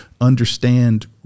understand